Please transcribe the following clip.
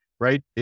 right